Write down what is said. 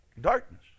Darkness